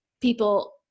people